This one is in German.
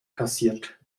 kassiert